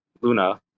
Luna